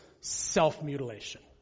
self-mutilation